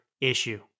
issue